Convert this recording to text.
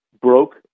broke